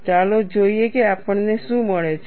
ચાલો જોઈએ કે આપણને શું મળે છે